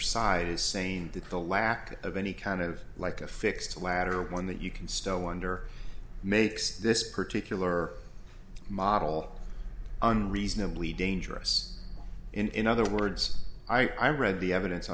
side is saying that the lack of any kind of like a fixed way out or one that you can still wonder makes this particular model unreasonably dangerous in other words i read the evidence on